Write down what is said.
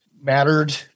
mattered